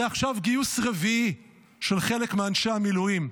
זה עכשיו גיוס רביעי של חלק מאנשי המילואים.